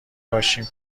باشیم